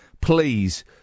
please